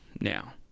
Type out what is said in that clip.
now